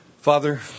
Father